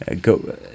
go